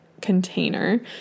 container